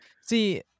See